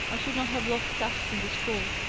i should not have lost caste in the school.